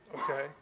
Okay